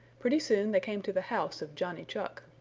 pretty soon they came to the house of johnny chuck.